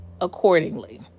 accordingly